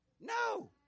No